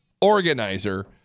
organizer